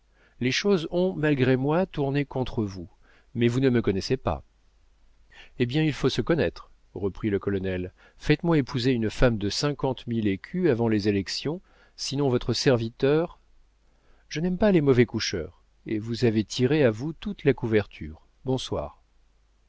les choses ont malgré moi tourné contre vous mais vous ne me connaissez pas eh bien il faut se connaître reprit le colonel faites-moi épouser une femme de cinquante mille écus avant les élections sinon votre serviteur je n'aime pas les mauvais coucheurs et vous avez tiré à vous toute la couverture bonsoir